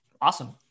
Awesome